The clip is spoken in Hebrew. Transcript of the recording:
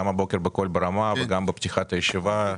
גם הבוקר ב"קול ברמה" וגם בפתיחת הישיבה.